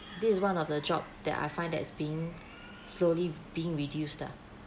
this is one of the job that I find that is being slowly being reduced ah